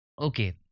Okay